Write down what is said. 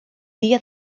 dia